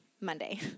Monday